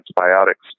antibiotics